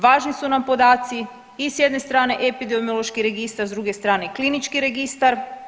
Važni su nam podaci i s jedne strane epidemiološki registar s druge strane klinički registar.